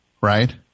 right